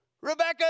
Rebecca